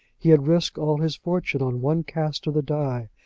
he had risked all his fortune on one cast of the die,